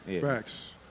Facts